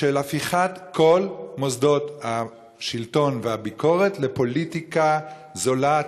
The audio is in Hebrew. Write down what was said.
של הפיכת כל מוסדות השלטון והביקורת לפוליטיקה זולה,